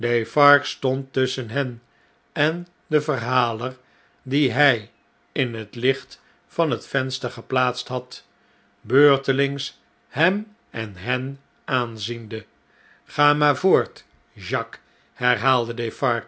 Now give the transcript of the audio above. tusschen hen en den verhaler dien hjj in het licht van het venster geplaatst had beurtelings hem en hen aanziende gra maar voort jacques herhaalde